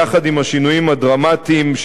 יחד עם השינויים הדרמטיים,